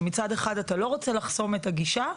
שמצד אחד אתה לא רוצה לחסום את הגישה,